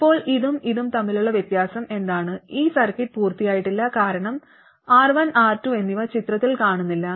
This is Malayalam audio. ഇപ്പോൾ ഇതും ഇതും തമ്മിലുള്ള വ്യത്യാസം എന്താണ് ഈ സർക്യൂട്ട് പൂർത്തിയായിട്ടില്ല കാരണം R1 R2 എന്നിവ ചിത്രത്തിൽ കാണുന്നില്ല